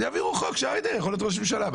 אז יעבירו חוק שאריה דרעי יכול להיות ראש הממשלה.